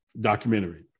documentary